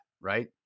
right